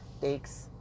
takes